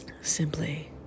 Simply